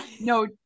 no